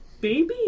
baby